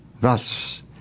Thus